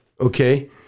Okay